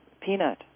peanut